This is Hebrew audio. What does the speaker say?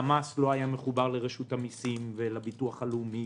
הלמ"ס לא היה מחובר לרשות המסים ולביטוח הלאומי